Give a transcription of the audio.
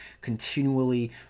continually